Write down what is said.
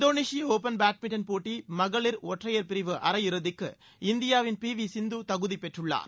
இந்தோனேஷிய open badminton போட்டி மகளிர் ஒற்றையர் பிரிவு அரையிறுதிக்கு இந்தியாவின் பி வி சிந்து தகுதி பெற்றுள்ளார்